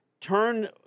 turn